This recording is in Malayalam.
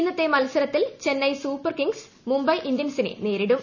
ഇന്നത്തെ മത്സരത്തിൽ ചെന്നൈ സൂപ്പർകിംഗ്സ് മുംബൈ ഇന്ത്യൻസിനെ നേരിടും